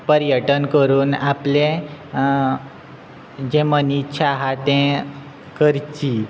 पर पर्यटन करून आपले जे मनिशे आसा तें करची